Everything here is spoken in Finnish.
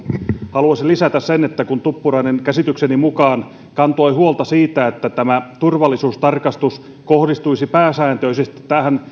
haluaisin lisätä sen että kun tuppurainen käsitykseni mukaan kantoi huolta siitä että tämä turvallisuustarkastus kohdistuisi pääsääntöisesti näihin